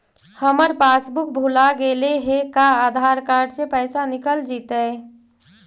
हमर पासबुक भुला गेले हे का आधार कार्ड से पैसा निकल जितै?